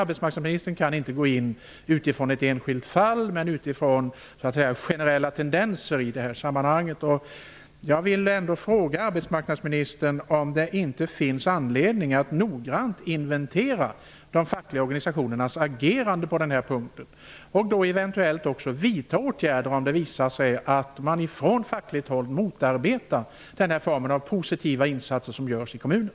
Arbetsmarknadsministern kan inte gå in på ett enskilt fall, men han kan se på generella tendenser i sammanhanget. Jag vill fråga arbetsmarknadsministern om det inte finns anledning att noggrant inventera de fackliga organisationernas agerande på den här punkten och eventuellt också vidta åtgärder om det visar sig att man från fackligt håll motarbetar den här formen av positiva insatser som görs i kommunen.